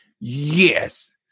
Yes